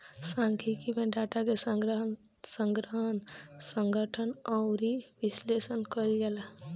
सांख्यिकी में डाटा के संग्रहण, संगठन अउरी विश्लेषण कईल जाला